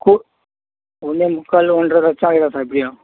கு ஒன்னே முக்கால் ஒன்றரை லட்சம் ஆகிடும் சார் எப்படியும்